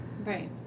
Right